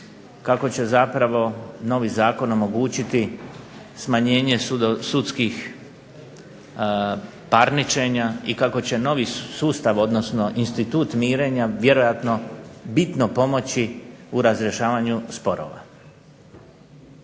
kako će zapravo novi zakon omogućiti smanjenje sudskih parničenja i kako će novi sustav, odnosno institut mirenja vjerojatno bitno pomoći u razrješavanju sporova.